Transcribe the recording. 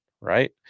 Right